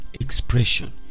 expression